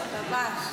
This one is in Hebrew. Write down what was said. ממש.